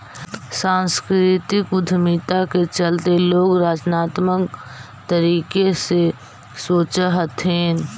सांस्कृतिक उद्यमिता के चलते लोग रचनात्मक तरीके से सोचअ हथीन